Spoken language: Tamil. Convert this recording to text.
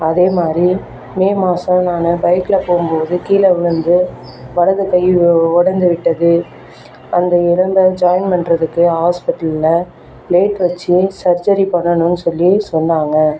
அதே மாதிரி மே மாதம் நான் பைக்கில் போகும் போது கீழே விழுந்து வலது கை உடைந்து விட்டது அந்த இடத்த ஜாயின்ட் பண்ணுறதுக்கு ஹாஸ்பெட்டலில் பிளேட் வைச்சு சர்ஜரி பண்ணணும் சொல்லி சொன்னாங்க